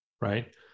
Right